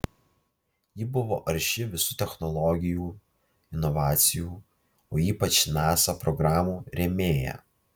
ji buvo arši visų technologinių inovacijų o ypač nasa programų rėmėja